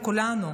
לכולנו.